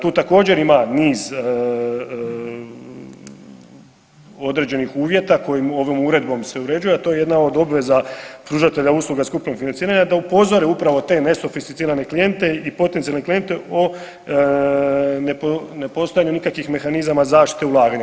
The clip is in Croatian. Tu također ima niz određenih uvjeta koji ovom uredbom se uređuje a to je jedna od obveza pružatelja usluga skupnog financiranja da upozori upravo te nesofisticirane klijente i potencijalne klijente o nepostojanju nikakvih mehanizama zaštite ulaganja.